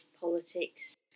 politics